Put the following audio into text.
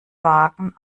wagen